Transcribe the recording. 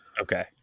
Okay